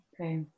Okay